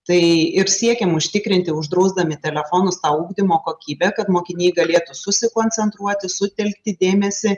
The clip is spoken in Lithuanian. tai ir siekiam užtikrinti uždrausdami telefonus tą ugdymo kokybę kad mokiniai galėtų susikoncentruoti sutelkti dėmesį